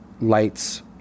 lights